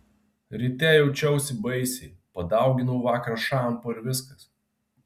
ryte jaučiausi baisiai padauginau vakar šampo ir viskas